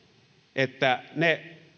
että ne